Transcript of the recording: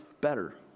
better